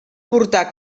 portar